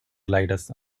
gliders